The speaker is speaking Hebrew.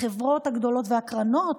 החברות הגדולות והקרנות,